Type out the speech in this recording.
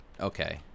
okay